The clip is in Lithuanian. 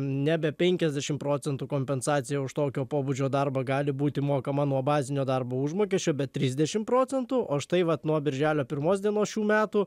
nebe penkiasdešim procentų kompensacija už tokio pobūdžio darbą gali būti mokama nuo bazinio darbo užmokesčio bet trisdešim procentų o štai vat nuo birželio pirmos dienos šių metų